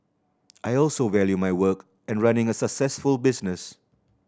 I also value my work and running a successful business